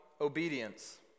obedience